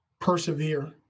persevere